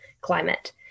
climate